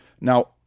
Now